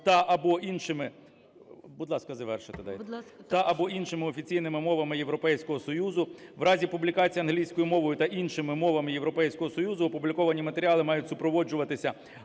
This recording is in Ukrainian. "…та/або іншими офіційними мовами Європейського Союзу. У разі публікації англійською мовою та іншими мовами Європейського Союзу опубліковані матеріали мають супроводжуватися